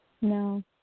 No